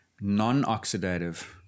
non-oxidative